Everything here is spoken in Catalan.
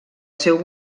seu